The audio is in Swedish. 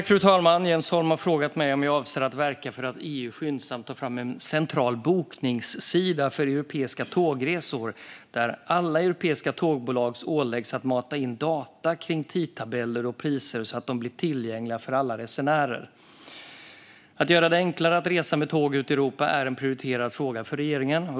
Fru talman! Jens Holm har frågat mig om jag avser att verka för att EU skyndsamt tar fram en central bokningssida för europeiska tågresor där alla europeiska tågbolag åläggs att mata in data för tidtabeller och priser så att de blir tillgängliga för alla resenärer. Att göra det enklare att resa med tåg ut i Europa är en prioriterad fråga för regeringen.